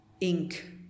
ink